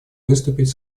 выступить